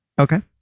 Okay